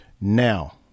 now